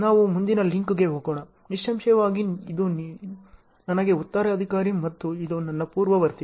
ನಾವು ಮುಂದಿನ ಲಿಂಕ್ಗೆ ಹೋಗೋಣ ನಿಸ್ಸಂಶಯವಾಗಿ ಇದು ನನಗೆ ಉತ್ತರಾಧಿಕಾರಿ ಮತ್ತು ಇದು ನನ್ನ ಪೂರ್ವವರ್ತಿ